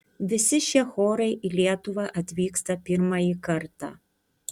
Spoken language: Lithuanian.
visi šie chorai į lietuvą atvyksta pirmąjį kartą